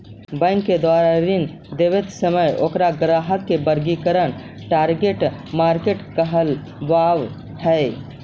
bank के द्वारा ऋण देइत समय ओकर ग्राहक के वर्गीकरण टारगेट मार्केट कहलावऽ हइ